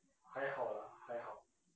还好啦还好